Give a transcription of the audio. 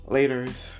Laters